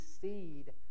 seed